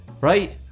right